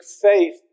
faith